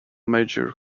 major